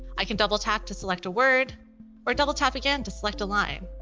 i can double tap to select a word or double tap again to select a line.